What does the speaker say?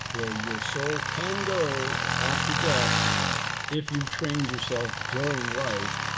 where your soul can go after death if you've trained yourself during life,